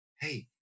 hey